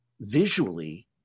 visually